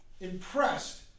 impressed